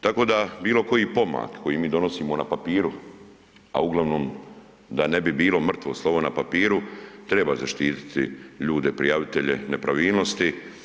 Tako da bilo koji pomak koji mi donosimo na papiru, a uglavnom da ne bi bilo mrtvo slovo na papiru treba zaštititi ljude prijavitelje nepravilnosti.